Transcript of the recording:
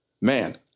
Man